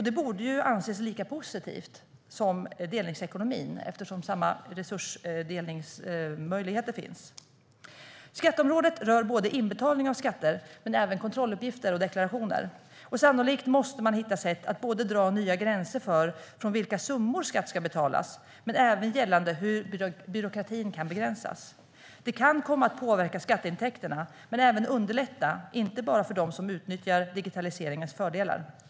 Det borde anses lika positivt som delningsekonomin, eftersom samma resursdelningsmöjligheter finns. Skatteområdet rör inbetalning av skatter men även kontrolluppgifter och deklarationer. Sannolikt måste man hitta sätt att dra nya gränser när det gäller från vilka summor skatt ska betalas, men det handlar även om hur byråkratin kan begränsas. Det kan komma att påverka skatteintäkterna, men det kan även underlätta, inte bara för dem som utnyttjar digitaliseringens fördelar.